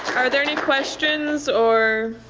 are there any questions or